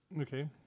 Okay